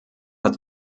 hat